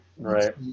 Right